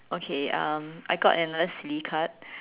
okay um I got another silly card